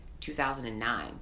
2009